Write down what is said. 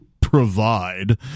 provide